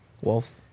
Wolves